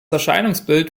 erscheinungsbild